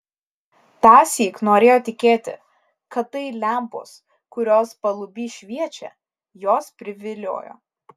tąsyk norėjo tikėti kad tai lempos kurios paluby šviečia juos priviliojo